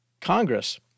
Congress